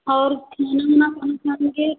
और पंचम के